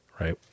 right